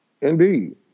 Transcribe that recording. Indeed